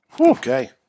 Okay